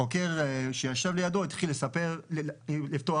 חוקר שישב לידו התחיל לספר ולפתוח.